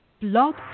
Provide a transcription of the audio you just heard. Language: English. blog